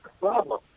problem